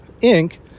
ink